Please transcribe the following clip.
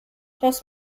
das